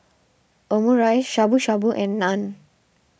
Omurice Shabu Shabu and Naan